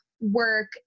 work